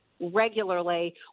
regularly